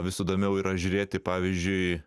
vis įdomiau yra žiūrėti pavyzdžiui